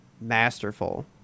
masterful